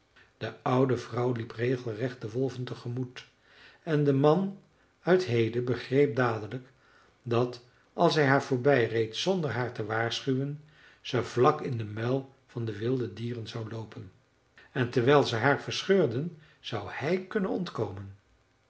de oude vrouw liep regelrecht de wolven te gemoet en de man uit hede begreep dadelijk dat als hij haar voorbij reed zonder haar te waarschuwen ze vlak in den muil van de wilde dieren zou loopen en terwijl ze haar verscheurden zou hij kunnen ontkomen